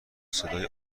صدای